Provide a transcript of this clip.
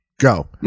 Go